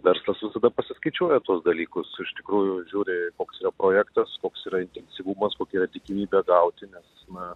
verslas visada pasiskaičiuoja tuos dalykus iš tikrųjų žiūri koks yra projektas koks yra intensyvumas kokia yra tikimybė gauti nes na